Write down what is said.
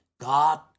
God